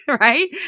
right